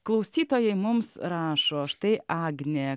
klausytojai mums rašo štai agnė